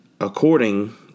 according